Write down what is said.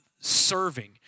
serving